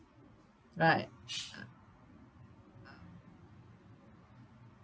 right